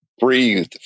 breathe